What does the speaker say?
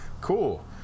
cool